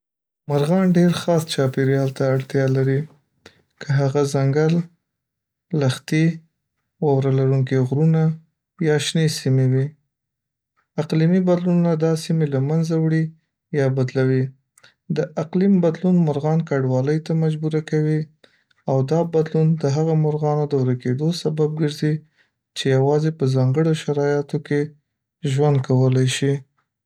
.مرغان ډېر خاص چاپېریال ته اړتیا لري که هغه ځنګل، لښتي، واوره‌لرونکي غرونه یا شنې سیمې وي .اقلیمي بدلون دا سیمې له منځه وړي یا بدلوي .د اقلیم بدلون مرغان کډوالۍ ته مجبوره کوي او دا بدلون د هغو مرغانو د ورکېدو سبب ګرځي چې یواځې په ځانګړو شرایطو کې ژوند کولی شي